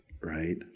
right